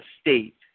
state